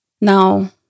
Now